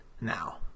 now